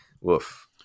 woof